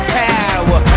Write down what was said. power